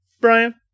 Brian